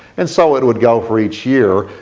and so it would go for each year.